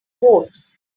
vote